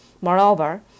Moreover